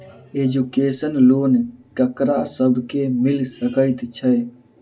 Education loan ककरा सब केँ मिल सकैत छै?